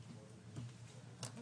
אגיד שתי מילים על הסכם גג שכר.